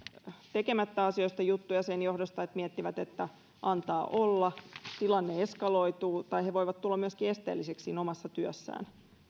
tekemättä asioista juttuja sen johdosta että miettivät että antaa olla tilanne eskaloituu tai he voivat tulla myöskin esteellisiksi siinä omassa työssään